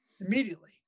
Immediately